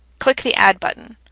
click the add button,